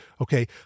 Okay